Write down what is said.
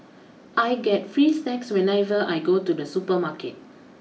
I get free snacks whenever I go to the supermarket